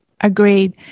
Agreed